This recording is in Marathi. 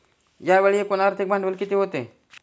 यावेळी एकूण आर्थिक भांडवल किती होते?